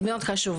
זה מאוד חשוב.